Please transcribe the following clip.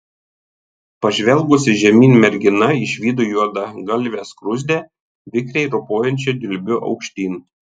pažvelgusi žemyn mergina išvydo juodagalvę skruzdę vikriai ropojančią dilbiu aukštyn